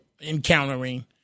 encountering